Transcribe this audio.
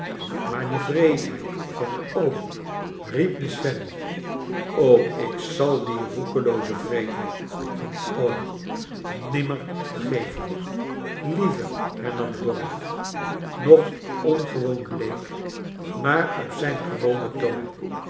maar die wreedheid van oom riep miss fanny ik zal die rookelooze wreedheid van oom nimmer verge ven i lieve hernam dorrit nog ongewoon bleek maar op zijn gewonen toon